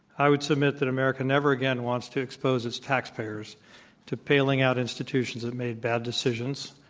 i would submit that america never again wants to expose its taxpayers to bailing out institutions that made bad decisions,